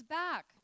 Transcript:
back